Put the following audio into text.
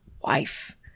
wife